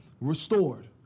restored